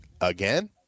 again